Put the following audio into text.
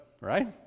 right